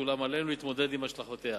אולם עלינו להתמודד עם השלכותיה.